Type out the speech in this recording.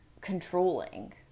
controlling